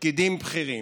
פקידים בכירים,